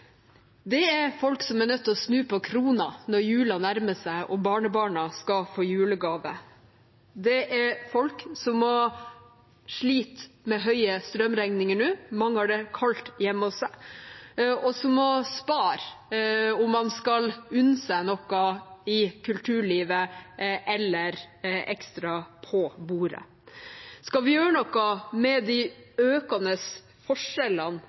Det er folk som er nødt til å snu på krona når jula nærmer seg og barnebarna skal få julegave. Det er folk som må slite med høye strømregninger nå, og mange har det kaldt hjemme hos seg. Det er folk som må spare om de skal unne seg noe i kulturlivet eller noe ekstra på bordet. Skal vi gjøre noe med de økende forskjellene